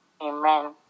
Amen